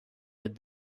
did